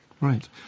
Right